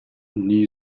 new